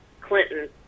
clinton